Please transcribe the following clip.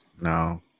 no